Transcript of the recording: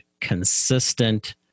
consistent